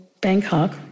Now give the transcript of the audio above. Bangkok